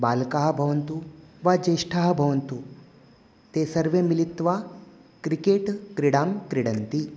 बालकाः भवन्तु वा ज्येष्ठाः भवन्तु ते सर्वे मिलित्वा क्रिकेट् क्रीडां क्रीडन्ति